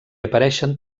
apareixen